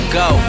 go